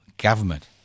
government